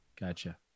Gotcha